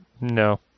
no